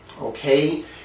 okay